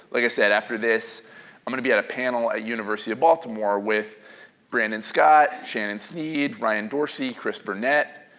like i said, after this i'm going to be at a panel at university of baltimore with brandon scott, shannon sneed, ryan dorsey, chris burnett,